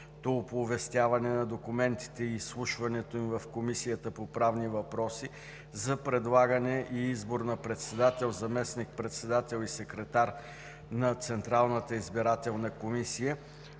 оповестяване на документите и изслушването им в Комисията по правни въпроси, за предлагане и избор на председател, заместник председатели и секретар на Централната избирателна комисия,